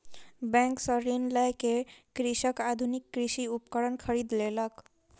bank सॅ ऋण लय के कृषक आधुनिक कृषि उपकरण खरीद लेलक